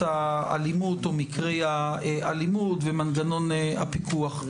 האלימות או מקרי האלימות ומנגנון הפיקוח.